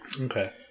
Okay